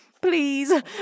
Please